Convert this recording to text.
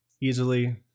easily